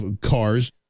Cars